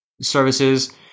services